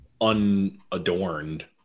unadorned